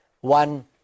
one